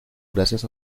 gracias